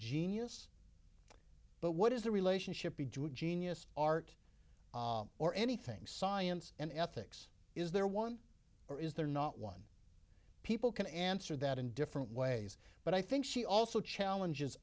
genius but what is the relationship between genius art or anything science and ethics is there one or is there not one people can answer that in different ways but i think she also challenges